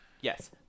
Yes